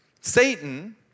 Satan